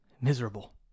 miserable